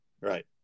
right